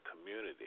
community